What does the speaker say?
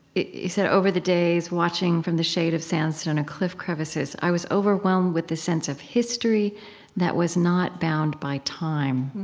you said, over the days, watching from the shade of sandstone and cliff crevices, i was overwhelmed with the sense of history that was not bound by time.